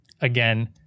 Again